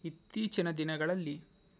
ಇತ್ತೀಚಿನ ದಿನಗಳಲ್ಲಿ